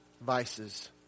vices